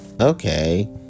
okay